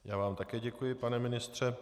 Já vám také děkuji, pane ministře.